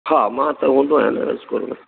हा मां त हूंदो आहियां न स्कूल में